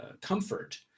comfort